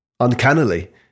Uncannily